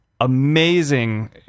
amazing